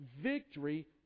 victory